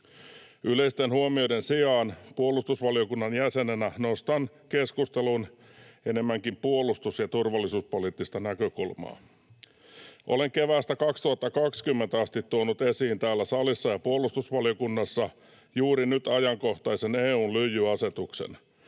Yleisten huomioiden sijaan puolustusvaliokunnan jäsenenä nostan keskusteluun enemmänkin puolustus- ja turvallisuuspoliittista näkökulmaa. Olen keväästä 2020 asti tuonut esiin täällä salissa ja puolustusvaliokunnassa juuri nyt ajankohtaisen EU:n lyijyasetuksen.